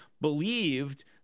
believed